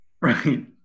Right